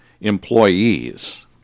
employees